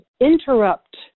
interrupt